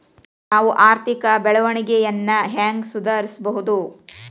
ನಾವು ಆರ್ಥಿಕ ಬೆಳವಣಿಗೆಯನ್ನ ಹೆಂಗ್ ಸುಧಾರಿಸ್ಬಹುದ್?